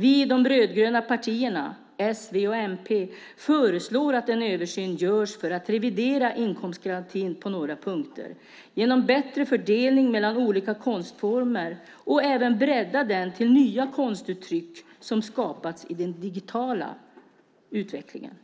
Vi i de rödgröna partierna s, v och mp föreslår att en översyn görs för att revidera inkomstgarantin på några punkter, genom bättre fördelning mellan olika konstformer och att även bredda den till nya konstuttryck som skapats i den digitala utvecklingen.